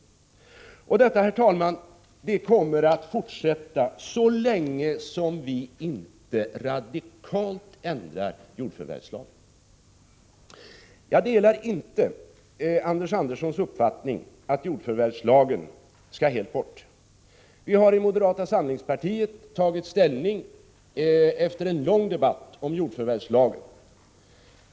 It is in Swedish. Och detta, herr talman, kommer att fortsätta så länge som vi inte radikalt ändrar jordförvärvslagen. Jag delar inte Anders Anderssons uppfattning att jordförvärvslagen skall bort helt. Vi har i moderata samlingspartiet efter lång debatt tagit ställning till jordförvärvslagen.